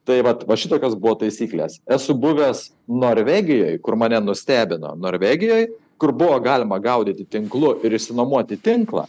tai vat va šitokios buvo taisyklės esu buvęs norvegijoj kur mane nustebino norvegijoj kur buvo galima gaudyti tinklu ir išsinuomoti tinklą